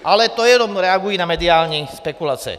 Ale to jenom reaguji na mediální spekulace.